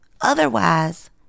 Otherwise